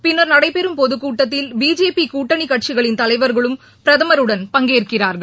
பின்னா் நடைபெறும் பொதுக் கூட்டத்தில் பிஜேபி கூட்டணி கட்சிகளின் தலைவா்களும் பிரதமருடன் பங்கேற்கிறார்கள்